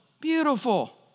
beautiful